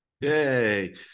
Yay